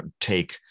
take